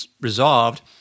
resolved